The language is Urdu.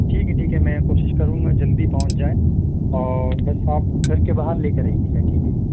ٹھیک ہے ٹھیک ہے میں کوشش کروں گا جلدی پہنچ جائے اور بس آپ گھر کے باہر لے کے رہیے گا ٹھیک ہے